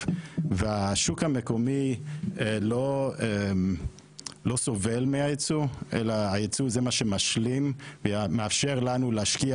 והשוק המקומי לא סובל מהייצוא אלא הייצוא זה מה שמשלים ומאפשר לנו להשקיע